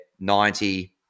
90